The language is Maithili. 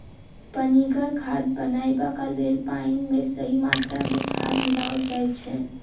पनिगर खाद बनयबाक लेल पाइन मे सही मात्रा मे खाद मिलाओल जाइत छै